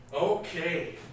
Okay